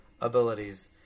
abilities